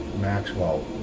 Maxwell